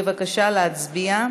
בבקשה, להצביע.